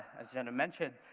as jenna mentioned,